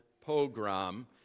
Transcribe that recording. pogrom